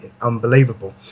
unbelievable